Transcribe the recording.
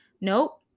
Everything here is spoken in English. Nope